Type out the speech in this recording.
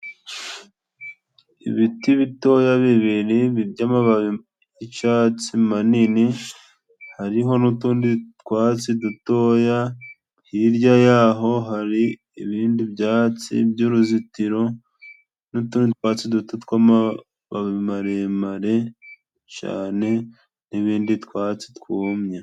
Ibiti bitoya bibiri by'amababi y'icatsi manini, hariho n'utundi twatsi dutoya. Hirya y'aho, hari ibindi byatsi by'uruzitiro, n'utundi twatsi duto tw'amababi maremare cane, n'ibindi twatsi twumye.